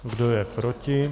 Kdo je proti?